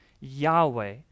Yahweh